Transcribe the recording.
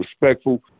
respectful